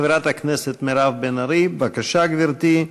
חברת הכנסת מירב בן ארי, בבקשה, גברתי.